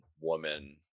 woman